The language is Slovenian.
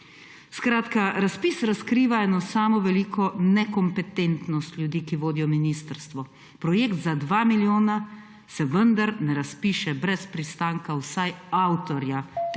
Skratka, razpis razkriva eno samo veliko nekompetentnost ljudi, ki vodijo ministrstvo. Projekt za 2 milijona se vendar ne razpiše brez pristanka vsaj avtorja